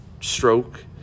stroke